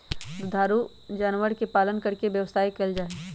दुधारू जानवर के पालन करके व्यवसाय कइल जाहई